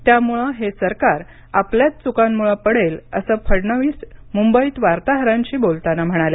त्यामुळे हे सरकार आपल्याच चुकांमुळे पडेल असं फडणवीस मुंबईत वार्ताहरांशी बोलताना म्हणाले